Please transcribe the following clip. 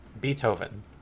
Beethoven